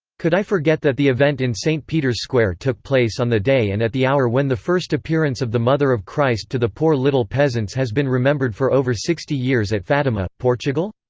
could i forget that the event in st. peter's square took place on the day and at the hour when the first appearance of the mother of christ to the poor little peasants has been remembered for over sixty years at fatima, portugal?